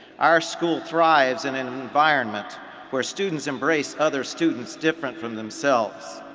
our school thrives in an environment where students embrace other students different from themselves.